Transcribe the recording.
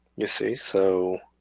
you see, so.